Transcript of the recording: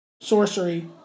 Sorcery